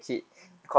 mm